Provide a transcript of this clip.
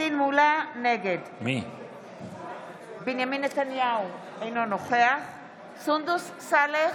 נגד בנימין נתניהו, אינו נוכח סונדוס סאלח,